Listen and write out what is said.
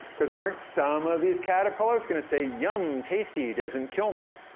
cause aren't some of these caterpillars gonna say, yum, tasty, doesn't kill me?